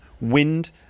wind